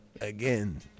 again